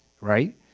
right